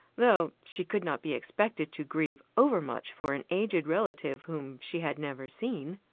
though she could not be expected to grieve over-much for an aged relative whom she had never seen.